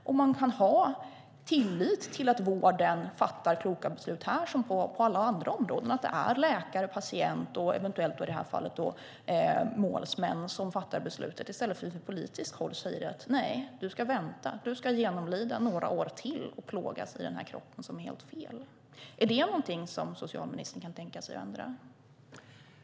Man ska kunna ha tillit till att vården fattar kloka beslut inom detta område som inom alla andra och att det är läkare, patient och eventuellt målsmän som fattar beslutet i stället för att vi från politiskt håll säger: Nej, du ska vänta. Du ska genomlida några år till och plågas i den här kroppen som är helt fel. Är det något som socialministern kan tänka sig att ändra på?